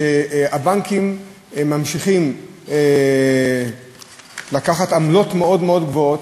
שהבנקים ממשיכים לקחת עמלות מאוד מאוד גבוהות,